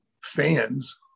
fans